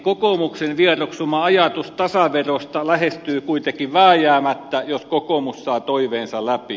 kokoomuksen vieroksuma ajatus tasaverosta lähestyy kuitenkin vääjäämättä jos kokoomus saa toiveensa läpi